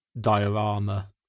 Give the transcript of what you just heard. diorama